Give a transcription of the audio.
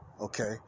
Okay